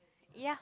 ya